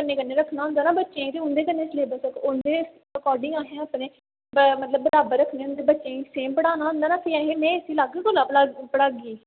कन्नै कन्नै रक्खना होंदा ना बच्चें ते उं'दे कन्नै सलेबस उं'दे अकार्डिंग असें अपने मतलब बराबर रक्खने होंदे बच्चें गी सेम पढ़ाना होंदा ना फ्ही असें मैं इस्सी लग्ग कोला पढ़ा पढ़ागी